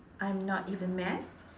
I am not even mad